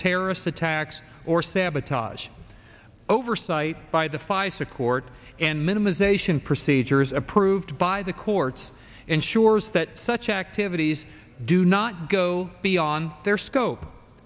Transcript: terrorist attacks or sabotage oversight by the pfizer court and minimisation procedures approved by the courts ensures that such activities do not go beyond their scope